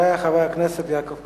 3570, 3575